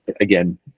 again